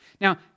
Now